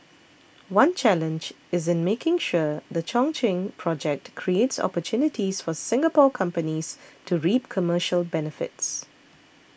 one challenge is in making sure the Chongqing project creates opportunities for Singapore companies to reap commercial benefits